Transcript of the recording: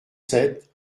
sept